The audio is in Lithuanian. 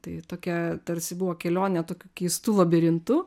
tai tokia tarsi buvo kelionė tokiu keistu labirintu